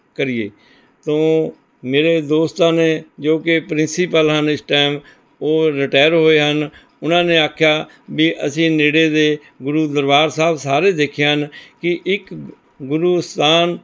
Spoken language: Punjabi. ਕਰੀਏ ਤੋਂ ਮੇਰੇ ਦੋਸਤਾਂ ਨੇ ਜੋ ਕਿ ਪ੍ਰਿੰਸੀਪਲ ਹਨ ਇਸ ਟਾਇਮ ਉਹ ਰਿਟਾਇਰ ਹੋਏ ਹਨ ਉਨ੍ਹਾਂ ਨੇ ਆਖਿਆ ਵੀ ਅਸੀਂ ਨੇੜੇ ਦੇ ਗੁਰੂ ਦਰਬਾਰ ਸਾਹਿਬ ਸਾਰੇ ਦੇਖੇ ਹਨ ਕਿ ਇੱਕ ਗੁਰੂ ਅਸਥਾਨ